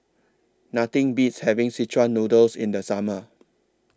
Nothing Beats having Szechuan Noodle in The Summer